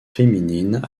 féminines